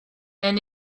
and